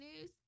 news